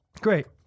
great